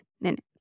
minutes